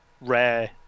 Rare